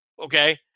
okay